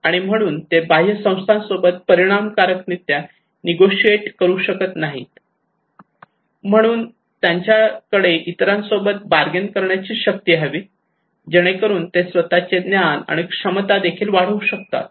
आणि म्हणून ते बाह्य संस्थांसोबत परिणामकारक रित्या निगोशीएट करू शकत नाही म्हणून त्यांच्याकडे इतरांसोबत बार्गेन करण्याची शक्ती हवी जेणेकरून ते स्वतःचे ज्ञान आणि क्षमता देखील वाढवू शकतात